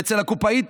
ואצל הקופאית